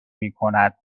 میکند